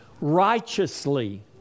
righteously